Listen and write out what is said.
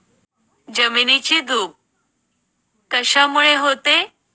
जमिनीची धूप कशामुळे होते?